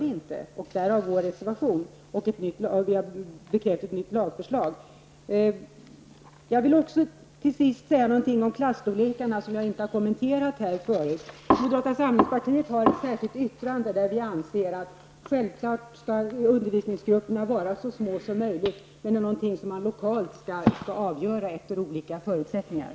Det görs inte, och därav vår reservation och vårt krav på ett nytt lagförslag. Till sist vill jag säga något om klasstorlekarna som jag inte har kommenterat förut. Moderata samlingspartiet har ett särskilt yttrande där vi anser att undervisningsgrupperna självfallet skall vara så små som möjligt men att detta är någonting som skall avgöras lokalt efter de olika förutsättningarna.